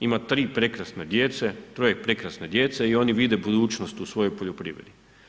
Ima tri prekrasne djece, troje prekrasne djece i oni vide budućnost u svojoj poljoprivredi.